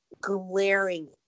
glaring